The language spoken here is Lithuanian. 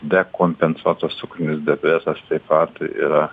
dekompensuotas cukrinis diabetas taip pat yra